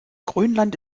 grönland